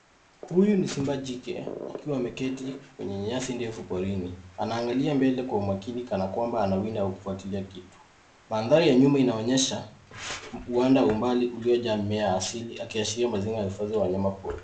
Huyu ni simba jike, akiwa ameketi kwenye nyasi ndefu porini. Anaangalia mbele kwa umakini, kana kwamba anawinda au kufuatilia kitu. Mandhari ya nyuma inaonyesha uwanda wa umbali uliojaa mimea asili, yakiashiria mazingira na ufuzi wa wanyama pori.